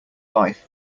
life